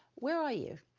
where are you?